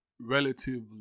relatively